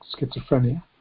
schizophrenia